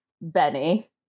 Benny